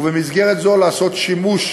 ובמסגרת זו לעשות שימוש